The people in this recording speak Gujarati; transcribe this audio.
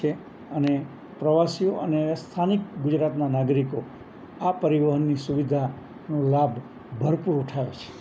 છે અને પ્રવાસીઓ અને સ્થાનિક ગુજરાતના નાગરિકો આ પરિવહનની સુવિધાનો લાભ ભરપૂર ઉઠાવે છે